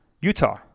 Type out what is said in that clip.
Utah